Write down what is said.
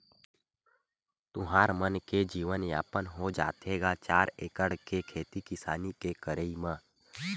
तुँहर मन के जीवन यापन हो जाथे गा चार एकड़ के खेती किसानी के करई म?